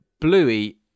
Bluey